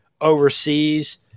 overseas